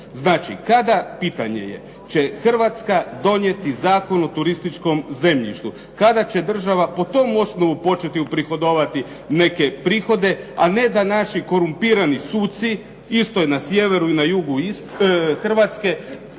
Znači, kada pitanje je će Hrvatska donijeti Zakon o turističkom zemljištu? Kada će država po tom osnovu početi uprihodovati neke prihode a ne da naši korumpirani suci isto na sjeveru i na jugu Hrvatske